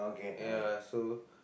ya so